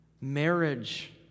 marriage